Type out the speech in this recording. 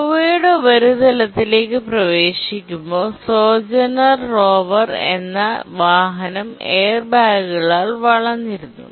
ചൊവ്വയുടെ ഉപരിതലത്തിലേക്ക് പ്രവേശിക്കുമ്പോൾ സോജർനർ റോവർ എന്ന വാഹനം എയർ ബാഗുകളാൽ വളഞ്ഞിരുന്നു